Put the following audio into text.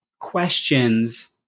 questions